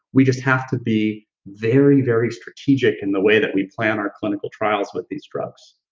we just have to be very, very strategic in the way that we plan our clinical trials with these drugs.